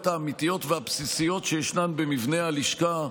האמיתיות והבסיסיות שישנם במבנה הלשכה,